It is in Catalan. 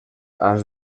als